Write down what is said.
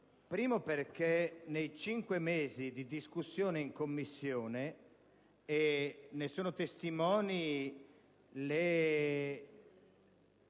luogo perché, nei cinque mesi di discussione in Commissione (ne sono testimoni i